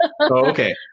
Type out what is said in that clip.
Okay